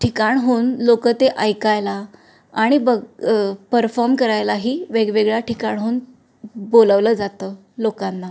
ठिकाणहून लोकं ते ऐकायला आणि बग परफॉर्म करायलाही वेगवेगळ्या ठिकाणहून बोलवलं जातं लोकांना